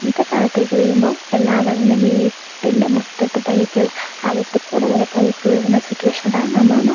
ഇന്നത്തെ കാലത്തേക്ക് വരുമ്പം എല്ലാവരുടെയും വീട്ടിൻ്റെ മുറ്റത്ത് പൈപ്പുകൾ അകത്ത് കൂടെ പൈപ്പ് വരുന്ന സിറ്റുവേഷൻ കാരണം നമ്മൾ ഒന്ന്